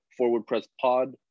forwardpresspod